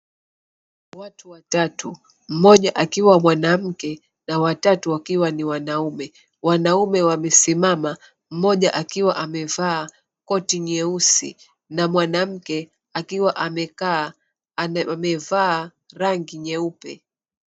Watu watatu, mmoja akiwa mwanamke na watatu wakiwa ni wanaume. Wanaume wamesimama, mmoja akiwa amevaa koti nyeusi na mwanamke akiwa amekaa amevaa rangi nyeupe.